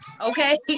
okay